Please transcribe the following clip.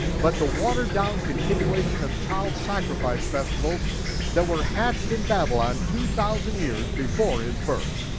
but the watered down continuation of child sacrifice festivals that were hatched in babylon two thousand years before his birth.